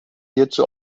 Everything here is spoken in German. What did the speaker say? hierzu